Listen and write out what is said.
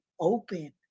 open